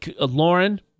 Lauren